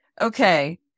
okay